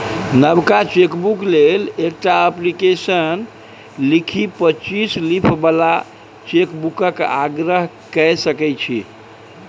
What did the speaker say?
नबका चेकबुक लेल एकटा अप्लीकेशन लिखि पच्चीस लीफ बला चेकबुकक आग्रह कए सकै छी